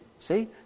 See